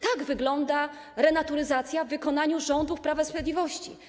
Tak wygląda renaturyzacja w wykonaniu rządu Prawa i Sprawiedliwości.